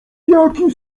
jaki